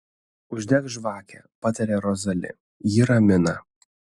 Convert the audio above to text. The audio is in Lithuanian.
uždek žvakę pataria rozali ji ramina